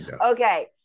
Okay